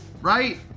right